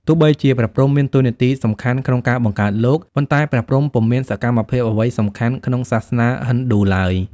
ទោះបីជា ព្រះព្រហ្មមានតួនាទីសំខាន់ក្នុងការបង្កើតលោក ប៉ុន្តែព្រះព្រហ្មពុំមានសកម្មភាពអ្វីសំខាន់ ក្នុងសាសនាហិណ្ឌូឡើយ។